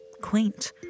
quaint